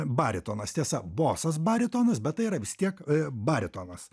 baritonas tiesa bosas baritonas bet tai yra vis tiek baritonas